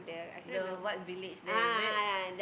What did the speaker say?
the what village there is it